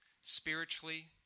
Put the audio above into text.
spiritually